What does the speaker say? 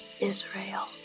Israel